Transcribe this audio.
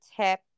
tip